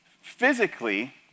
physically